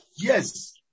yes